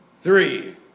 Three